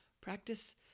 practice